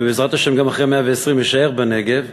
ובעזרת השם גם אחרי מאה-ועשרים יישאר בנגב,